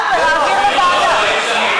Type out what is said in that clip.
לא, דיון עכשיו ומעבירים לוועדה.